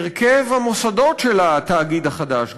הרכב המוסדות של התאגיד החדש,